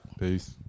peace